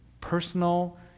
personal